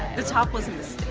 the top was